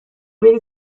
بری